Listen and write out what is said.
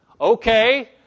Okay